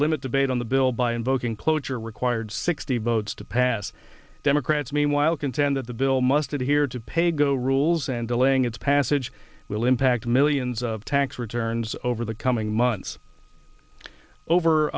limit debate on the bill by invoking cloture required sixty votes to pass democrats meanwhile contend that the bill must adhere to paygo rules and delaying its passage will impact millions of tax returns over the coming months over